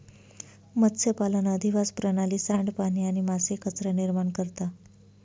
मत्स्यपालन अधिवास प्रणाली, सांडपाणी आणि मासे कचरा निर्माण करता